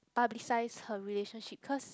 publicize her relationship because